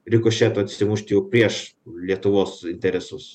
rikošetu atsimušti jau prieš lietuvos interesus